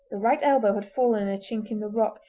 the right elbow had fallen in a chink in the rock,